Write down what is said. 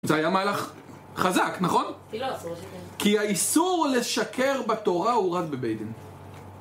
זה היה מהלך חזק, נכון? כי. לא אסור לשקר. כי האיסור לשקר בתורה הוא רק בבית דין.